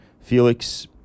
Felix